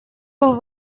был